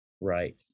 Right